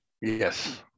yes